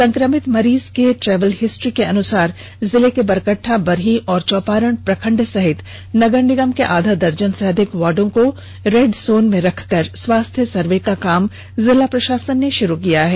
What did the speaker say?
संक्रमित मरीज के ट्रेवल हिस्ट्री के अनुसार जिला के बरकट्टा बरही एवं चौपारण प्रखंड सहित नगर निगम के आधा दर्जन से अधिक वार्डो कॉ रेड जोन में रखकर स्वास्थ्य सर्वे का काम जिला प्रशासन ने शुरू किया है